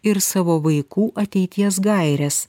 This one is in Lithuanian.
ir savo vaikų ateities gaires